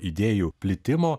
idėjų plitimo